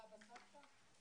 מה?